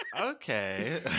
Okay